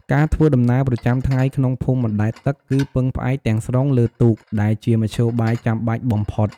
ការធ្វើដំណើរប្រចាំថ្ងៃក្នុងភូមិបណ្ដែតទឹកគឺពឹងផ្អែកទាំងស្រុងលើទូក ដែលជាមធ្យោបាយចាំបាច់បំផុត។